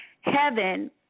heaven